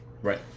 Right